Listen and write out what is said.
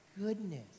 goodness